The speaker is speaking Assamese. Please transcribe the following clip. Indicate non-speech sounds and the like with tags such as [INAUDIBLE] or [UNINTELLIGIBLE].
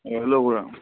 [UNINTELLIGIBLE]